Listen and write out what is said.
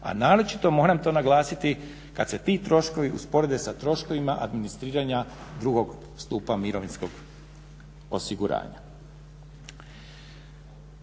a naročito moram to naglasiti kad se ti troškovi usporede sa troškovima administriranja drugog stupa mirovinskog osiguranja.